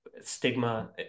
stigma